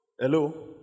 Hello